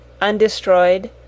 Undestroyed